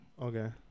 Okay